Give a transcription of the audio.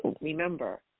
remember